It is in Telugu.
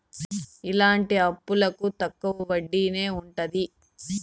ఇలాంటి అప్పులకు తక్కువ వడ్డీనే ఉంటది